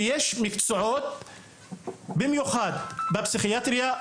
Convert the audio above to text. במיוחד בפסיכיאטריה,